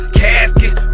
casket